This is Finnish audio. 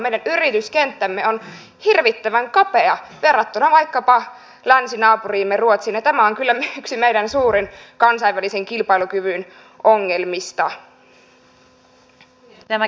meidän yrityskenttämme on hirvittävän kapea verrattuna vaikkapa länsinaapuriimme ruotsiin ja tämä on kyllä yksi meidän suurimmista kansainvälisen kilpailukyvyn ongelmista